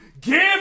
Give